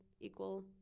equal